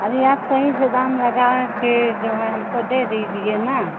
अरे आप सही से दाम लगाकर जो है हमको दे दीजिए ना